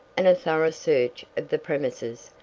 and a thorough search of the premises,